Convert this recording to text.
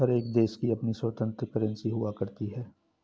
हर एक देश की अपनी स्वतन्त्र करेंसी हुआ करती है